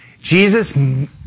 Jesus